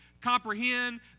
comprehend